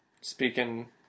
speaking